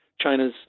China's